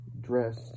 dressed